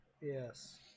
Yes